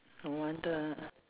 no wonder